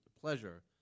pleasure